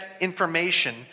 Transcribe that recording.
information